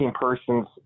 persons